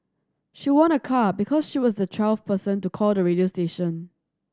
she won a car because she was the twelfth person to call the radio station